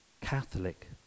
Catholic